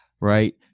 right